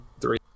three